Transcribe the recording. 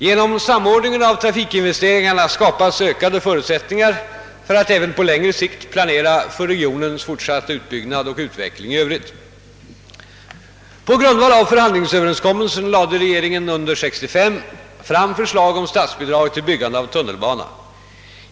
Genom samordningen av trafikinvesteringarna skapas ökade förutsättningar för att även på längre sikt planera för regionens fortsatta utbyggnad och utveckling i övrigt. På grundval av förhandlingsöverenskommelsen lade regeringen under år 1965 fram förslag om statsbidrag till byggande av tunnelbana.